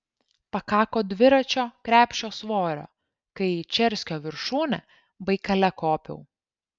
pakako dviračio krepšio svorio kai į čerskio viršūnę baikale kopiau